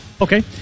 Okay